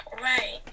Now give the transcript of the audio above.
Right